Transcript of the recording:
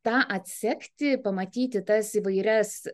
tą atsekti pamatyti tas įvairias